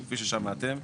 כפי ששמעתם,